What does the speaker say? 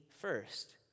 first